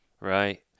Right